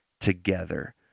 together